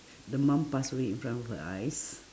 the mum passed away in front of her eyes